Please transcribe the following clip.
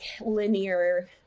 linear